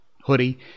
hoodie